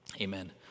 Amen